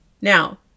Now